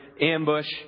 ambush